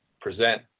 present